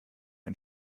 ein